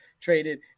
traded